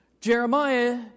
Jeremiah